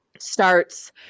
Starts